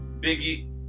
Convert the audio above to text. Biggie